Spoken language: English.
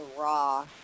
raw